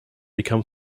become